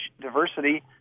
diversity